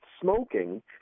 smoking